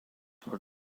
were